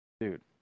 Dude